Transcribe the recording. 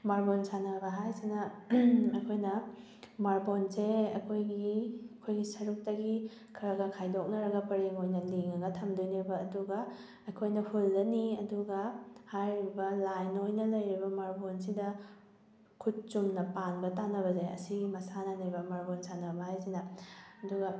ꯃꯥꯔꯕꯣꯜ ꯁꯥꯟꯅꯕ ꯍꯥꯏꯁꯤꯅ ꯑꯩꯈꯣꯏꯅ ꯃꯥꯔꯕꯣꯜꯁꯦ ꯑꯩꯈꯣꯏꯒꯤ ꯑꯩꯈꯣꯏꯒꯤ ꯁꯔꯨꯛꯇꯒꯤ ꯈꯔ ꯈꯔ ꯈꯥꯏꯗꯣꯛꯅꯔꯒ ꯄꯔꯦꯡ ꯑꯣꯏꯅ ꯂꯦꯡꯉꯒ ꯊꯝꯗꯣꯏꯅꯦꯕ ꯑꯗꯨꯒ ꯑꯩꯈꯣꯏꯅ ꯍꯨꯜꯂꯅꯤ ꯑꯗꯨꯒ ꯍꯥꯏꯔꯤꯕ ꯂꯥꯏꯟ ꯑꯣꯏꯅ ꯂꯩꯔꯤꯕ ꯃꯥꯔꯕꯣꯜꯁꯤꯗ ꯈꯨꯠ ꯆꯨꯝꯅ ꯄꯥꯟꯕ ꯇꯥꯅꯕꯁꯦ ꯁꯤꯒꯤ ꯃꯁꯥꯟꯅꯅꯦꯕ ꯃꯥꯔꯕꯣꯜ ꯁꯥꯟꯅꯕ ꯍꯥꯏꯁꯤꯅ ꯑꯗꯨꯒ